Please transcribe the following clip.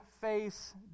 face